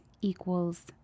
equals